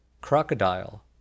crocodile